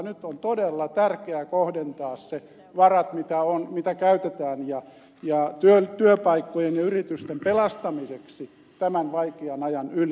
nyt on todella tärkeä kohdentaa ne varat mitä käytetään työpaikkojen ja yritysten pelastamiseksi tämän vaikean ajan yli